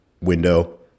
window